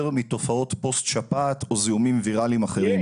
מתופעות פוסט שפעת או זיהומים ויראליים אחרים.